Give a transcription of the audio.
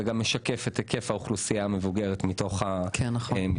זה גם משקף את היקף האוכלוסייה המבוגרת מתוך האנשים.